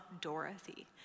Dorothy